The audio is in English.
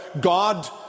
God